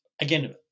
again